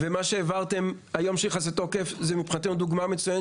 ומה שהעברתם ונכנס היום לתוקף זו דוגמה טובה,